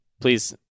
Please